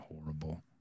horrible